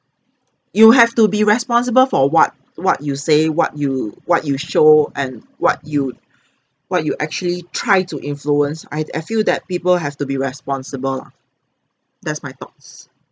you have to be responsible for what what you say what you what you show and what you what you actually try to influence I'd I feel that people have to be responsible lah that's my thoughts